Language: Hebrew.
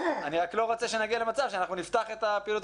אבל רק לא רוצה שנגיע למצב שאנחנו נפתח את הפעילות